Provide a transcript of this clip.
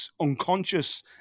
unconscious